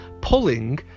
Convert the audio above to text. pulling